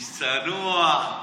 איש צנוע,